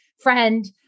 friend